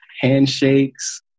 handshakes